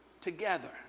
together